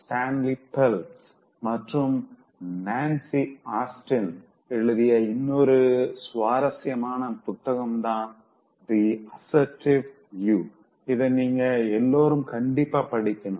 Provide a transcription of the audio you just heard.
Stanley Phelps மற்றும் Nancy Austin எழுதிய இன்னொரு சுவாரசியமான புத்தகம்தா The Assertive You இத நீங்க எல்லாரும் கண்டிப்பா படிக்கணும்